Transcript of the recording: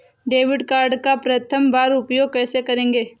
Debit card का प्रथम बार उपयोग कैसे करेंगे?